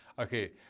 okay